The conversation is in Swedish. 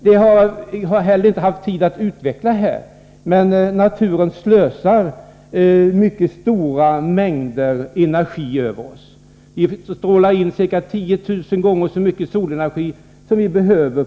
Det har jag tyvärr inte tid att utveckla närmare. Naturen slösar mycket stora mängder energi över oss. Det strålar in ca 10 000 gånger så mycket solenergi som vi behöver.